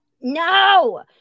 No